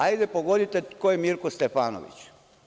Hajde pogodite ko je Mirko Stefanović?